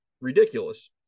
ridiculous